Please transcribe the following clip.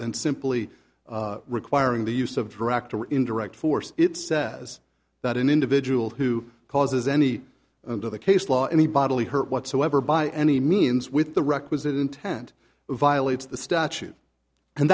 than simply requiring the use of direct or indirect force it says that an individual who causes any to the case law any bodily hurt whatsoever by any means with the requisite intent violates the statute and